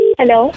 Hello